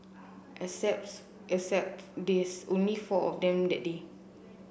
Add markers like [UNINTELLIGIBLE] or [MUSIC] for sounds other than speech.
[UNINTELLIGIBLE] except there's only four of them that day